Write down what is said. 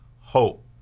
hope